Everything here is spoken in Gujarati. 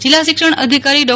જિલ્લા શિક્ષણાધિકારી ડો